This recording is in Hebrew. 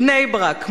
בני-ברק,